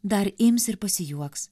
dar ims ir pasijuoks